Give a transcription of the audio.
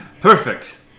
Perfect